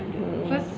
mm